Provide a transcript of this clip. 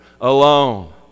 alone